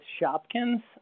Shopkins